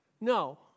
No